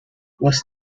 was